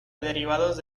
derivados